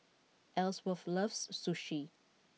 Ellsworth loves Sushi